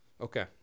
Okay